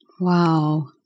Wow